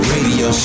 Radio